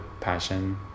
passion